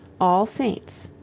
all saints.